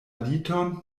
liton